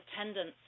attendance